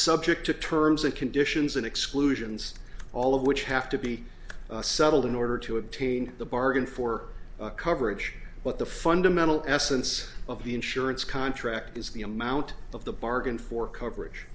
subject to terms and conditions and exclusions all of which have to be settled in order to obtain the bargain for coverage but the fundamental essence of the insurance contract is the amount of the bargain for coverage